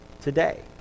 today